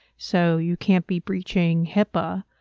so you can't be breaching hipaa,